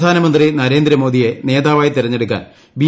പ്രധാനമന്ത്രി നരേന്ദ്രമോദിയെ നേതാവായി തെരഞ്ഞെടുക്കാൻ ബി